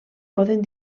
poden